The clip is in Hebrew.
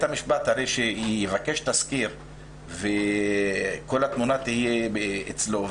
המשפט יבקש תזכיר וכל התמונה תהיה אצלו,